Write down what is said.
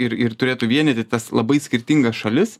ir ir turėtų vienyti tas labai skirtingas šalis